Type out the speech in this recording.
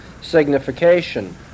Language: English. signification